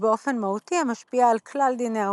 באופן מהותי המשפיע על כלל דיני העונשין.